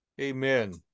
Amen